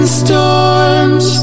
storms